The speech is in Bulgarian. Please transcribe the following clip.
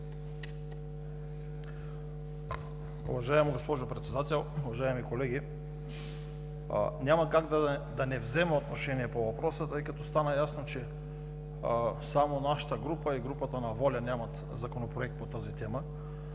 Уважаема госпожо Председател, уважаеми колеги! Няма как да не взема отношение по въпроса, тъй като стана ясно, че само нашата група и групата на „Воля“ нямат Законопроект по тази тема.